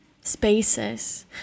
spaces